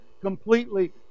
completely